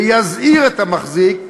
ויזהיר את המחזיק,